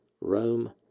Rome